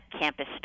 campus